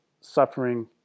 suffering